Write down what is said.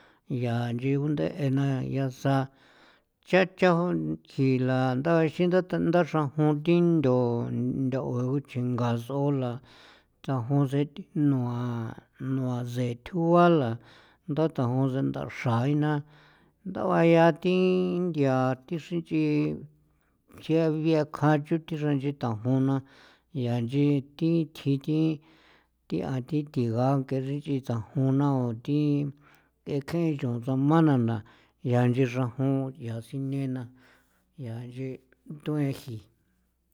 Yaa nchi gunde'e na yasa ncha nchao kjinla ndaxin nda ta ndaxra jun thi nthon nthon juchjinga s'ola thjajun sen nua nua seen thjuala nda thjajun sen ndaxra inaa ndaua ya thi nthia thi xrinch'i che biekjan chuti xrinch'i tajon na yanchi thi tji thi thi a thi thigaa ng'ee xrinch'i tsajon na on thi ekjen ncho tsamananda yaa inchi xrajon yaa sinena yaa inchin tuen jii.